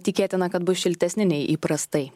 tikėtina kad bus šiltesni nei įprastai